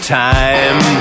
time